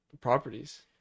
Properties